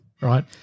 right